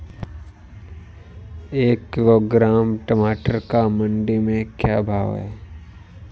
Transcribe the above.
एक किलोग्राम टमाटर का मंडी में भाव क्या है?